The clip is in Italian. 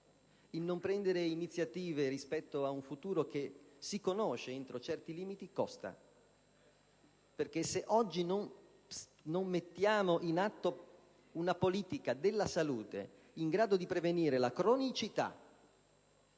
non prendere iniziative rispetto ad un futuro che entro certi limiti si conosce costa. Se oggi non mettiamo in atto una politica della salute in grado di prevenire la cronicità